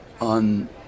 on